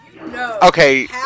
Okay